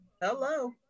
hello